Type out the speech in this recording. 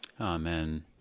Amen